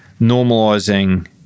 normalizing